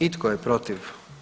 I tko je protiv?